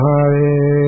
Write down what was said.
Hare